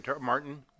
Martin